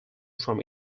from